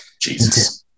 jesus